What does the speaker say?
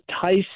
Tice